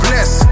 Bless